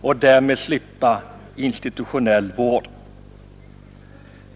och därmed slippa institutionell vård.